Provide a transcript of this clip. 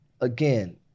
again